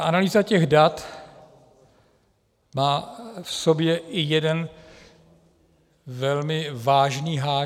Analýza těch dat má v sobě i jeden velmi vážný háček.